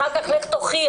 אחר כך לך תוכיח.